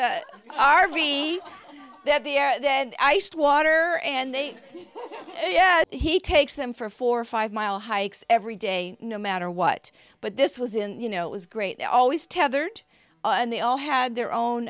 v that the air water and they yeah he takes them for four five mile hikes every day no matter what but this was in you know it was great they always tethered and they all had their own